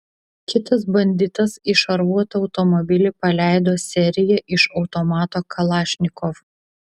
kitas banditas į šarvuotą automobilį paleido seriją iš automato kalašnikov